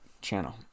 channel